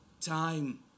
Time